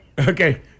Okay